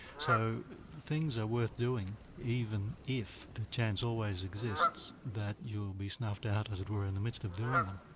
so things are worth doing even if the chance always exists that you'll be snuffed out, as it were, in the midst of doing them.